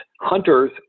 hunters